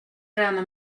träna